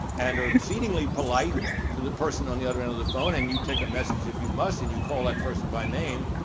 and are exceedingly polite to the person on the other end of the phone and you take a message if you must and you call that person by name,